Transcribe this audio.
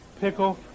pickle